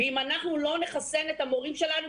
ואם אנחנו לא נחסן את המורים שלנו,